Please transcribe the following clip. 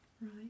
right